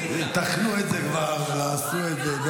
טחנו את זה כבר, לעסו את זה.